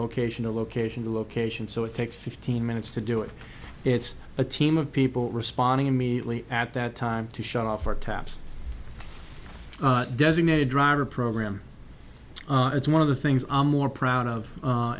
location to location to location so it takes fifteen minutes to do it it's a team of people responding immediately at that time to shut off or taps designated driver program it's one of the things i'm more proud of